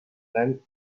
then